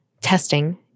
testing